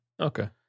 Okay